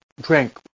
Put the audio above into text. drink